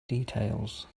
details